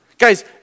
Guys